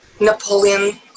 Napoleon